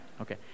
Okay